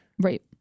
right